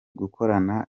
gukorana